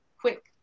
quick